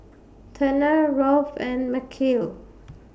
Turner Rolf and Mikeal